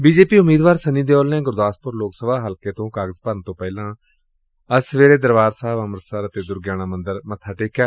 BJP ਉਮੀਦਵਾਰ ਸੰਨੀ ਦਿਉਲ ਨੇ ਗੁਰਦਾਸਪੁਰ ਲੋਕ ਸਭਾ ਹਲਕੇ ਤੋਂ ਕਾਗਜ਼ ਭਰਨ ਤੋਂ ਪਹਿਲਾਂ ਅੱਜ ਸਵੇਰੇ ਦਰਬਾਰ ਸਾਹਿਬ ਅੰਮ੍ਰਿਤਸਰ ਅਤੇ ਦੁਰਗਿਆਣਾ ਮੰਦਰ ਮੱਬਾ ਟੇਕਿਆ